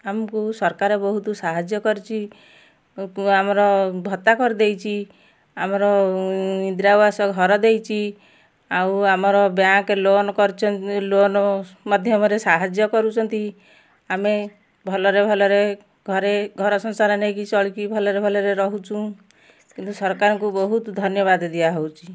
ଆମକୁ ସରକାରେ ବହୁତ ସାହାଯ୍ୟ କରିଛି ଆମର ଭତ୍ତା କରିଦେଇଛି ଆମର ଇନ୍ଦିରାବାସ ଘର ଦେଇଛି ଆଉ ଆମର ବ୍ୟାଙ୍କ ଲୋନ କରିଚନ ଲୋନ ମାଧ୍ୟମରେ ସାହାଯ୍ୟ କରୁଛନ୍ତି ଆମେ ଭଲରେ ଭଲରେ ଘରେ ଘର ସଂସାର ନେଇକି ଚଳିକି ଭଲରେ ଭଲରେ ରହୁଛୁଁ କିନ୍ତୁ ସରକାରଙ୍କୁ ବହୁତ ଧନ୍ୟବାଦ ଦିଆହଉଛି